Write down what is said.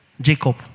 Jacob